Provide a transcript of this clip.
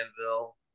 Danville